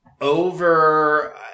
over